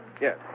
yes